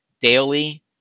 daily